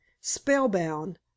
spellbound